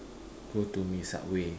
go to me subway